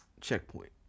checkpoint